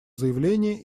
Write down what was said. заявление